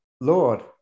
Lord